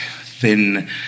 thin